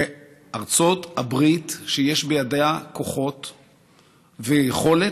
וארצות הברית, שיש בידיה כוחות ויכולת,